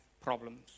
Problems